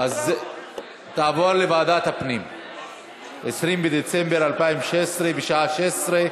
ותועבר לוועדת הכספים להמשך הכנתה לקריאה שנייה